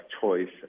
choice